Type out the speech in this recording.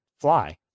fly